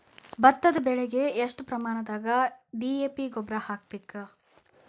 ಭತ್ತದ ಬೆಳಿಗೆ ಎಷ್ಟ ಪ್ರಮಾಣದಾಗ ಡಿ.ಎ.ಪಿ ಗೊಬ್ಬರ ಹಾಕ್ಬೇಕ?